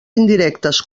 indirectes